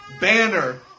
banner